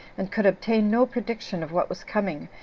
and could obtain no prediction of what was coming,